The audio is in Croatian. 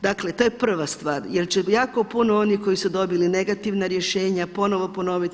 Dakle, to je prva stvar jer će jako puno onih koji su dobili negativna rješenja ponovno ponoviti.